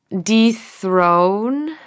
dethrone